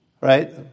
right